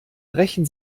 brechen